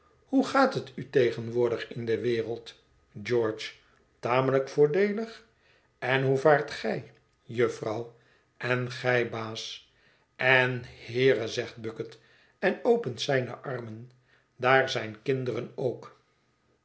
hoe gaat het u tegenwoordig in de wereld george tamelijk voordeelig en hoe vaart gij jufvrouw en gij baas en h eere zegt bucket en opent zijne armen daar zijn kinderen ook